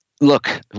look